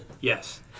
yes